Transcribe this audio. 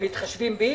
הם מתחשבים בי?